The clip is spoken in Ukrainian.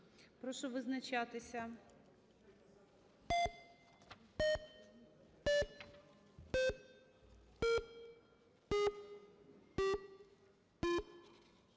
Прошу визначатися.